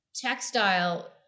textile